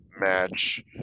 match